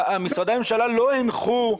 משרדי הממשלה לא הנחו,